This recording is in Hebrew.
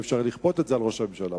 אי-אפשר לכפות את זה על ראש הממשלה,